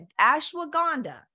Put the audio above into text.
ashwagandha